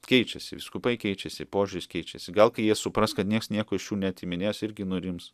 keičiasi vyskupai keičiasi požiūris keičiasi gal kai jie supras kad nieks nieko iš jų neatiminės irgi nurims